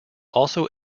also